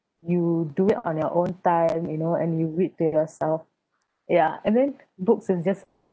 you do it on your own time you know and you read to yourself ya and then books are just